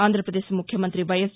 ఆంధ్రప్రదేశ్ ముఖ్యమంత్రి వైఎస్